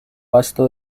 pasto